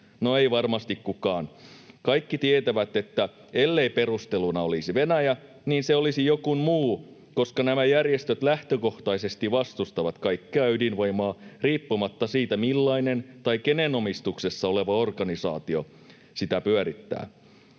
No ei varmasti kukaan. Kaikki tietävät, että ellei perusteluna olisi Venäjä, niin se olisi jokin muu, koska nämä järjestöt lähtökohtaisesti vastustavat kaikkea ydinvoimaa riippumatta siitä, millainen tai kenen omistuksessa oleva organisaatio sitä pyörittää.